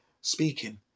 speaking